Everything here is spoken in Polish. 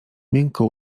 miękko